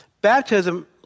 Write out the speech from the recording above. Baptism